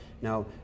Now